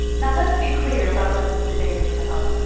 now, let's be clear about what this debate is about.